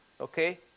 okay